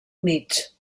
mig